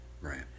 Right